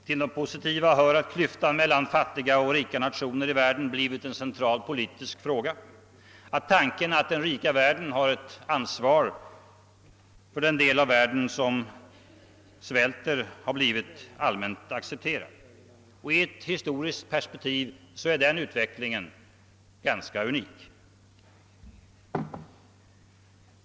Till de positiva hör att klyftan mellan fattiga och rika nationer i världen blivit en central politisk fråga och att tanken att den rika delen av världen har ett ansvar för den del av världen som svälter har blivit allmänt accepterad. I ett historiskt perspektiv är denna utveckling ganska unik.